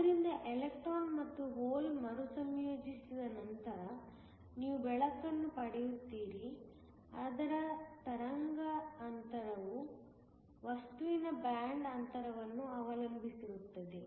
ಆದ್ದರಿಂದ ಎಲೆಕ್ಟ್ರಾನ್ ಮತ್ತು ಹೋಲ್ ಮರುಸಂಯೋಜಿಸಿದ ನಂತರ ನೀವು ಬೆಳಕನ್ನು ಪಡೆಯುತ್ತೀರಿ ಅದರ ತರಂಗಾಂತರವು ವಸ್ತುವಿನ ಬ್ಯಾಂಡ್ ಅಂತರವನ್ನು ಅವಲಂಬಿಸಿರುತ್ತದೆ